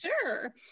Sure